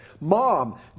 Mom